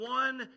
one